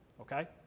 Okay